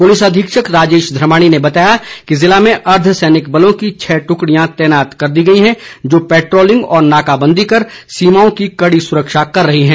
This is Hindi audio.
पुलिस अधीक्षक राजेश धर्माणी ने बताया है कि जिले में अर्धसैनिक बलों की छः टुकड़ियां तैनात कर दी गई हैं जो पेट्रोलिंग व नाकाबंदी कर सीमाओं की कड़ी सुरक्षा कर रही हैं